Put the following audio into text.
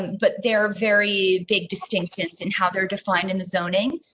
but they're very big distinctions and how they're defined in the zoning.